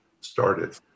started